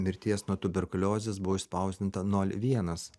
mirties nuo tuberkuliozės buvo išspausdinta nol vienas